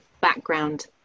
background